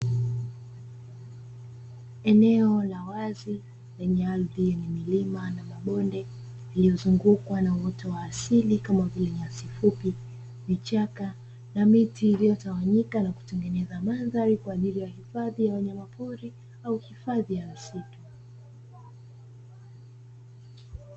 Eneonla wazi lenye ardhi yenye milima na mabonde iliyozungukwa na uoto wa asili kama vile nyasi fupi, vichaka na miti iliyotawanyika na kutengeneza mandhari kwa ajili ya hifadhi ya wanyama pori au hifadhi ya misitu.